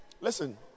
listen